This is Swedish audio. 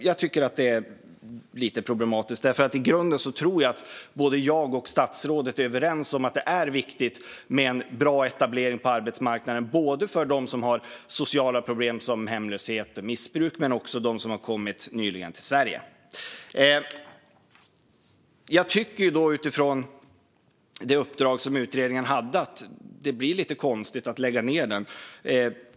Jag tycker att det är lite problematiskt därför att jag i grunden tror att jag och statsrådet är överens om att det är viktigt med bra etablering på arbetsmarknaden för både personer med sociala problem som hemlöshet och missbruk och personer som nyligen kommit till Sverige. Utifrån det uppdrag utredningen hade tycker jag att det blir konstigt att lägga ned den.